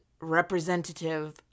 representative